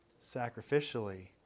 Sacrificially